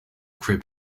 crib